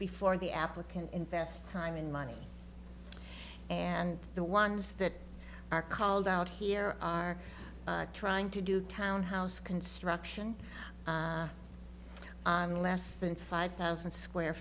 before the applicant invest time and money and the ones that are called out here are trying to do pound house construction on less than five thousand square